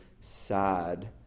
sad